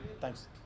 Thanks